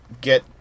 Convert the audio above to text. get